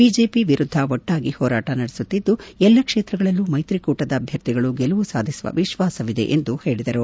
BJP ವಿರುದ್ದ ಒಣ್ವಾಗಿ ಹೋರಾಟ ನಡೆಸುತ್ತಿದ್ದು ಎಲ್ಲ ಕ್ಷೇತ್ರಗಳಲ್ಲೂ ಮೈತ್ರಿಕೂಟದ ಅಭ್ಯರ್ಥಿಗಳು ಗೆಲುವು ಸಾಧಿಸುವ ವಿಶ್ವಾಸವಿದೆ ಎಂದು ಹೇಳಿದರು